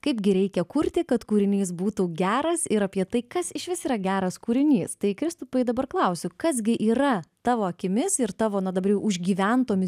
kaip gi reikia kurti kad kūrinys būtų geras ir apie tai kas išvis yra geras kūrinys tai kristupai dabar klausiu kas gi yra tavo akimis ir tavo na dabar užgyventomis